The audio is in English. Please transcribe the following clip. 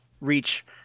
reach